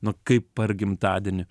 nu kaip par gimtadienį